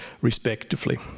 respectively